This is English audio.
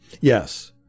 Yes